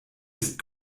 ist